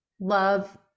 love